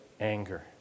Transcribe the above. anger